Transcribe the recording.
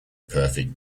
perfect